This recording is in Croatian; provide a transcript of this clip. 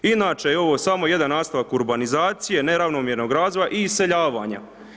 Inače je ovo samo jedan nastavak urbanizacije, neravnomjernog razvoja i iseljavanja.